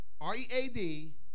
R-E-A-D